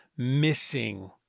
missing